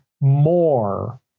more